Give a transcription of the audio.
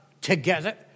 together